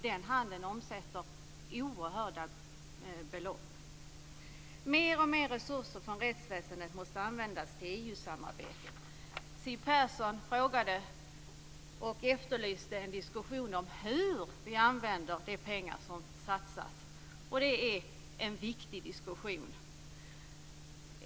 Denna handel omsätter oerhörda belopp. Mer och mer resurser i rättsväsendet måste användas till EU-samarbetet. Siw Persson efterlyste en diskussion om hur vi använder de pengar som satsas, och det är en viktig diskussion.